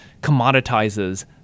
commoditizes